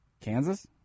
Kansas